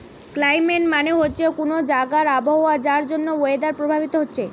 climate মানে হচ্ছে কুনো জাগার আবহাওয়া যার জন্যে ওয়েদার প্রভাবিত হচ্ছে